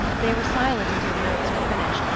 they were silent until the notes were finished,